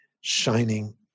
shining